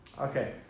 Okay